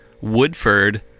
Woodford